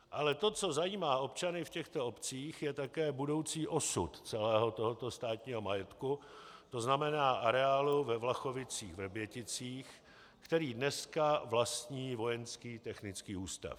Ale to, co zajímá občany v těchto obcích, je také budoucí osud celého tohoto státního majetku, to znamená areálu ve VlachovicíchVrběticích, který dneska vlastní Vojenský technický ústav.